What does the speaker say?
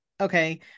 Okay